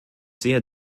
sehe